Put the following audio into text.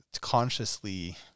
consciously